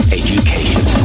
education